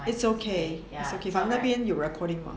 it's okay is okay 你那边有 recording 吗